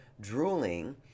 drooling